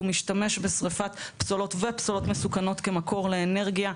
הוא משתמש בשריפת פסולות ופסולות מסוכנות כמקור לאנרגיה,